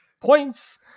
Points